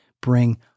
bring